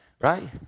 right